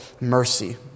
mercy